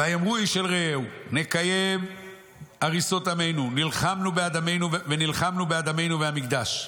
ויאמרו איש אל רעהו נקים הריסות עמנו ונלחמנו בעד עמנו והמקדש.